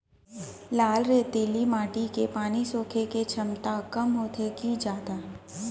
लाल रेतीली माटी के पानी सोखे के क्षमता कम होथे की जादा?